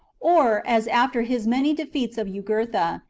or, as after his many defeats of jugurtha,